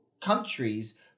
countries